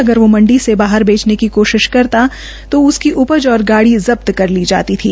अगर वो मंडी बाहर बेचने की कोशिश करता तो उसकी उपज और गाड़ी जब्त कर ली जाती थी